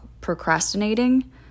procrastinating